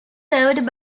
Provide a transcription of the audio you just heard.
served